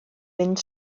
mynd